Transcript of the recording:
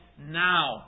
now